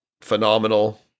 Phenomenal